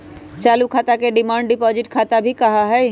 चालू खाता के डिमांड डिपाजिट खाता भी कहा हई